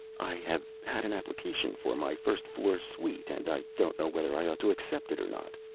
i have had an application for my first-floor suite, and i don't know whether i ought to accept it or not,